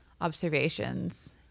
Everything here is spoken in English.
observations